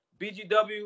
BGW